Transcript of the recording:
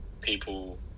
people